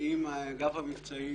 עם אגף המבצעים